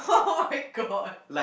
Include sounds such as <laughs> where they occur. <laughs> [oh]-my-god